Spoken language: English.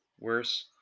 Worse